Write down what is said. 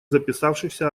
записавшихся